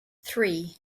three